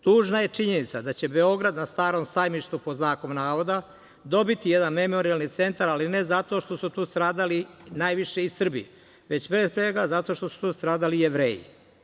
Tužna je činjenica da će Beograd na "Starom sajmištu" dobiti jedan memorijalni centar, ali ne zato što su tu stradali najviše i Srbi, već pre svega zato što su tu stradali Jevreji.